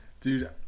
Dude